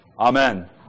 Amen